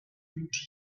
and